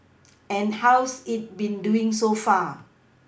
and how's it been doing so far